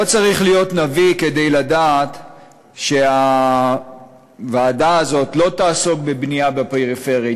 לא צריך להיות נביא כדי לדעת שהוועדה הזאת לא תעסוק בבנייה בפריפריה,